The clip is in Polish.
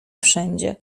wszędzie